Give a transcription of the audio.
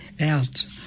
out